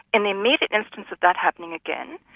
in the immediate instance of that happening again,